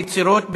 הצעת חוק יצירות,